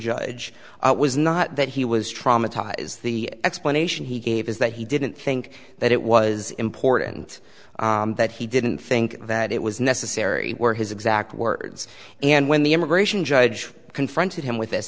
judge it was not that he was traumatized the explanation he gave is that he didn't think that it was important that he didn't think that it was necessary were his exact words and when the immigration judge confronted him with